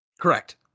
Correct